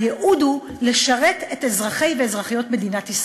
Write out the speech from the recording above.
הייעוד הוא לשרת את אזרחי ואזרחיות מדינת ישראל,